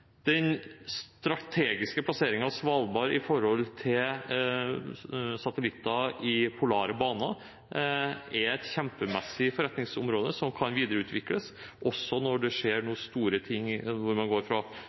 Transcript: Den strategiske plasseringen av Svalbard når det gjelder satellitter i polare baner, er et kjempemessig forretningsområde som kan videreutvikles. Når man går fra store satellitter til nye, mindre satellitter, åpner det seg nye forretningsmuligheter der. Vi vet fra